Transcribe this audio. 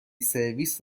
سرویس